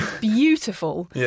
beautiful